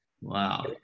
wow